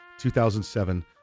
2007